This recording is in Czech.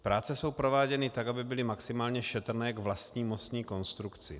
Práce jsou prováděny tak, aby byly maximálně šetrné k vlastní mostní konstrukci.